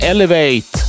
Elevate